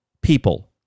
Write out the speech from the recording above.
people